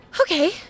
Okay